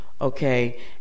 okay